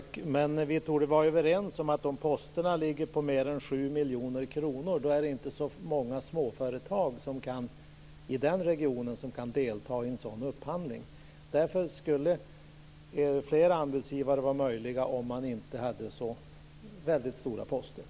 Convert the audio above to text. Herr talman! Vi torde vara överens om att om posterna ligger på mer än 7 miljoner kronor är det inte så många småföretag som kan delta i en sådan upphandling. Därför skulle det vara möjligt med fler anbudsgivare om posterna inte vore så stora.